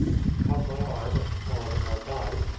he caught my arm, and, following our guide,